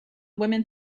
woman